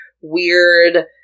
weird